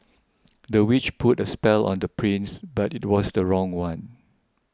the witch put a spell on the prince but it was the wrong one